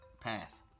Pass